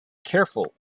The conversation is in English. careful